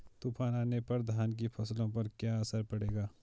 तूफान आने पर धान की फसलों पर क्या असर पड़ेगा?